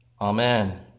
Amen